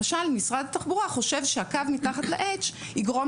למשל משרד התחבורה חושב שהקו מתחת ל-H יגרום